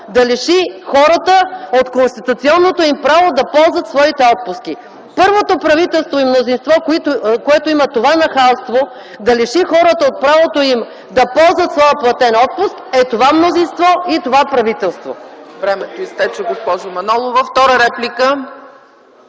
да лиши хората от конституционното им право да ползват своите отпуски. (Шум и реплики.) Първото правителство и мнозинство, което има това нахалство да лиши хората от правото им да ползват своя платен отпуск е това мнозинство и това правителство. ПРЕДСЕДАТЕЛ ЦЕЦКА ЦАЧЕВА: Времето изтече, госпожо Манолова. Втора реплика?